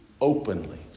openly